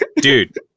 dude